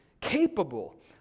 capable